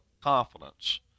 confidence